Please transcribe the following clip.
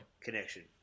Connection